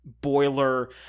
boiler